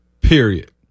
Period